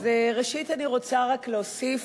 אז ראשית, אני רוצה להוסיף.